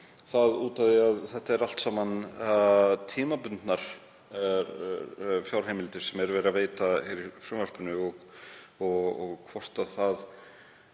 spyrja, af því að þetta eru allt saman tímabundnar fjárheimildir sem verið er að veita í frumvarpinu, hvort það